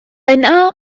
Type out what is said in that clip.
yna